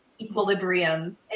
equilibrium